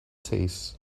taste